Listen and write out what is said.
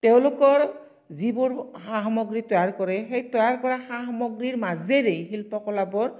তেওঁলোকৰ যিবোৰ সা সামগ্ৰী তৈয়াৰ কৰে সেই তৈয়াৰ কৰা সা সামগ্ৰীৰ মাজেৰেই শিল্পকলাবোৰ